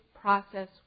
process